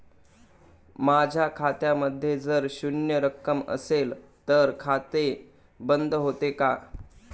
माझ्या खात्यामध्ये जर शून्य रक्कम असेल तर खाते बंद होते का?